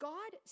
God